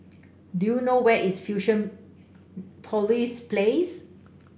do you know where is Fusionopolis Place